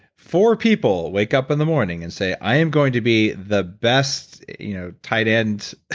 four people wake up in the morning and say, i am going to be the best you know tight end